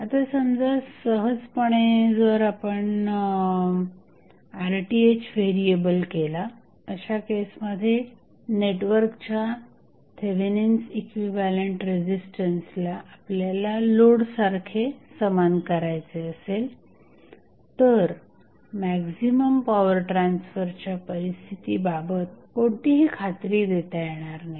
आता समजा सहजपणे जर आपण RTh व्हेरिएबल केला अशा केसमध्ये नेटवर्कच्या थेवेनिन्स इक्विव्हॅलंट रेझिस्टन्सला आपल्याला लोडसारखे समान करायचे असेल तर मॅक्झिमम पॉवर ट्रान्सफरच्या परिस्थितीबाबत कोणतीही खात्री देता येणार नाही